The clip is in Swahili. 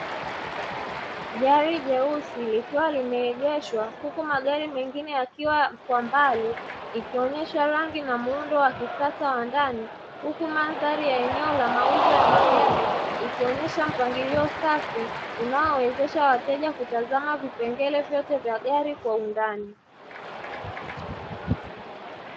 Gari jeusi likiwa limeegeshwa; huku magari mengine yakiwa kwa mbali, ikionyesha rangi na muundo wa kisasa wa ndani. Huku mandhari ya muundo wa eneo la mauzo ya magari ikionyesha mpangilio safi unaowezesha wateja kutazama vipengele vyote vya gari kwa undani.